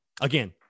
Again